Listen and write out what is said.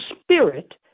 spirit